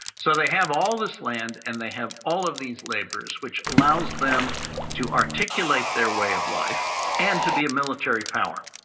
so they have all this land and they have all of these laborers which allows them to articulate their way of life and to be a military power,